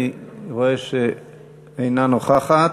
אני רואה שאינה נוכחת.